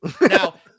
now